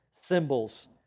symbols